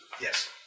Yes